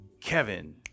Kevin